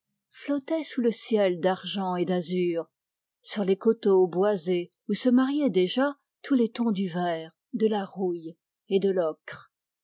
flottait sous le ciel d'azur et d'argent sur les coteaux boisés où se mariaient déjà tous les tons du vert de la rouille et de l'ocre